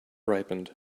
ripened